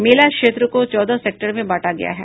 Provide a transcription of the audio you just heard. मेला क्षेत्र को चौदह सेक्टर में बांटा गया है